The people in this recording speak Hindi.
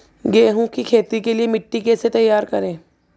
गेहूँ की खेती के लिए मिट्टी कैसे तैयार करें?